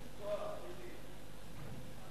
גברתי מרשה לנו לעבור להצבעה בקריאה שלישית?